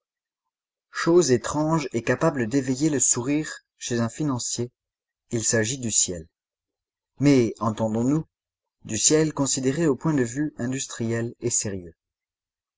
chose étrange et capable d'éveiller le sourire chez un financier il s'agit du ciel mais entendons-nous du ciel considéré au point de vue industriel et sérieux